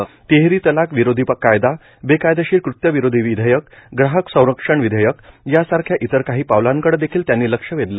त्रिवार तलाक विरोधी कायदा बेकायदेशीर कृत्य विरोधी विधेयक ग्राहक संरक्षण विधेयक यांसारख्या इतर काही पावलांकडं देखिल त्यांनी लक्ष वेधलं